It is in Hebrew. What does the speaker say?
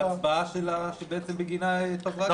ההצבעה שלה שבעצם בגינה התפזרה הכנסת.